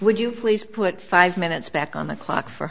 would you please put five minutes back on the clock for